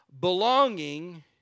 Belonging